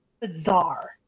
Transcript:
bizarre